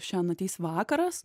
šian ateis vakaras